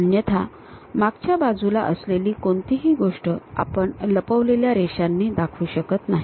अन्यथा मागच्या बाजूला असलेली कोणतीही गोष्ट आपण लपवलेल्या रेषांनी दाखवू शकत नाही